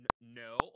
no